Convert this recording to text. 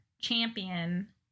champion